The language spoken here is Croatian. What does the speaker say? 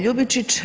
Ljubičić.